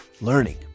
Learning